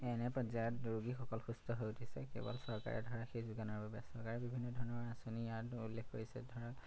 এনে পৰ্যায়ত ৰোগীসকল সুস্থ হৈ উঠিছে কেৱল চৰকাৰে ধৰা সেই যোগানৰ বাবে চৰকাৰে বিভিন্ন ধৰণৰ আঁচনি ইয়াত উল্লেখ কৰিছে ধৰক